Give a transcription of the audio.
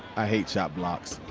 i hate chop blocks.